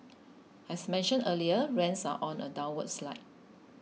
as mentioned earlier rents are on a downward slide